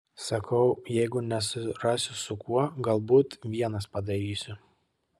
sakau jeigu nesurasiu su kuo galbūt vienas padarysiu